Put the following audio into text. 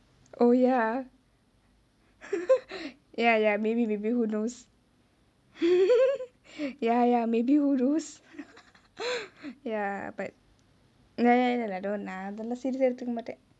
oh ya ya ya maybe maybe who knows ya ya maybe who knows ya but don't lah அதெல்லா:athella serious சா எடுத்துக்க மாட்டே:sa eduthukka mattae